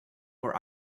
were